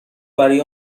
برای